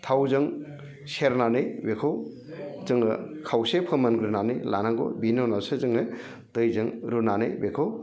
थावजों सेरनानै बेखौ जोङो खावसे फोमोनग्रोनानै लानांगौ बेनि उनावसो जोङो दैजों रुनानै बेखौ